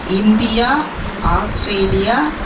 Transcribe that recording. India Australia